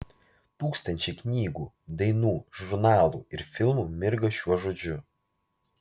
tūkstančiai knygų dainų žurnalų ir filmų mirga šiuo žodžiu